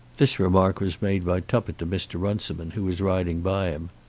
this remark was made by tuppett to mr. runciman who was riding by him.